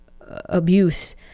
abuse